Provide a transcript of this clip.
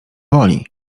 woli